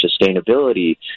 sustainability